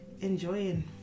enjoying